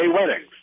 weddings